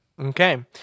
Okay